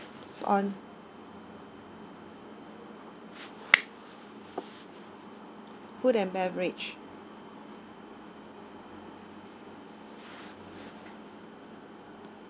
it's on food and beverage